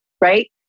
right